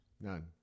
none